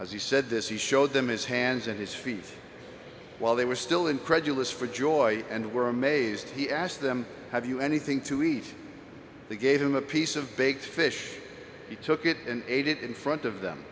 he said this he showed them his hands and his feet while they were still incredulous for joy and were amazed he asked them have you anything to eat they gave him a piece of baked fish he took it and ate it in front of them